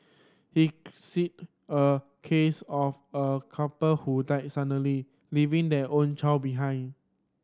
he a case of a couple who died suddenly leaving their only child behind